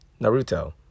Naruto